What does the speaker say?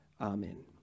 Amen